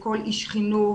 לכל איש חינוך,